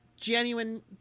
genuine